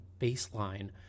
baseline